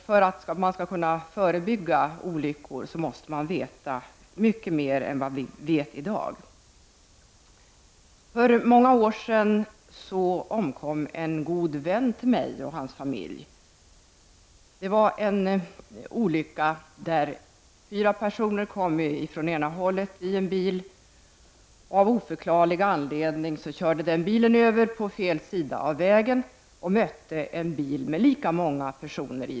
För att man skall kunna förebygga olyckor måste man veta mycket mer än vad vi vet i dag. För många år sedan omkom en god vän till mig och hans familj. Det skedde i en olycka där fyra personer kom från ena hållet i en bil, som av oförklarlig anledning körde över på fel sida av vägen. Där mötte bilen en bil med lika många personer i.